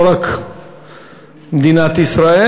לא רק מדינת ישראל.